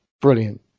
Brilliant